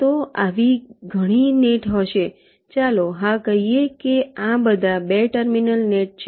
તો આવી ઘણી નેટ હશે ચાલો હા કહીએ કે આ બધા 2 ટર્મિનલ નેટ છે